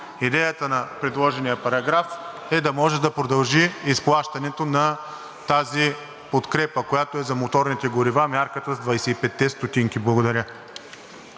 Идеята на предложения параграф е да може да продължи изплащането на тази подкрепа, която е за моторните горива, мярката с 25-те стотинки. Благодаря.